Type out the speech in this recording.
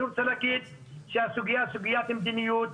אני רוצה להגיד שהסוגיה היא סוגיית מדיניות.